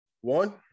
One